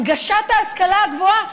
הנגשת ההשכלה הגבוהה,